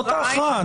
זאת ההכרעה.